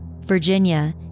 Virginia